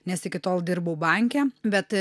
nes iki tol dirbau banke bet